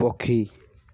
ପକ୍ଷୀ